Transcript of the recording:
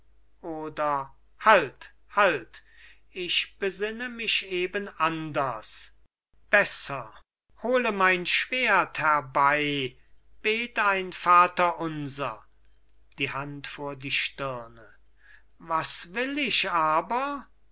oder halt halt ich besinne mich eben anders besser hole mein schwert herbei bet ein vaterunser die hand vor die stirne was will ich aber